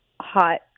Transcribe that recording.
hot